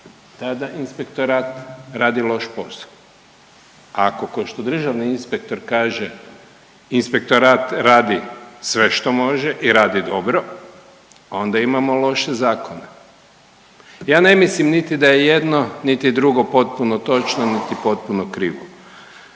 tada inspektorat radi loš posao, a ko što državni inspektor kaže inspektorat sve što može i radi dobro onda imamo loše zakone. Ja ne mislim niti da je jedno niti drugo potpuno točno niti potpuno krivo,